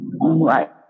Right